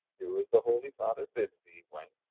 do as the holy father bids thee, wife.